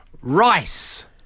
Rice